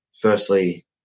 firstly